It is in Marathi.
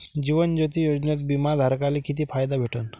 जीवन ज्योती योजनेत बिमा धारकाले किती फायदा भेटन?